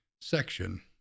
section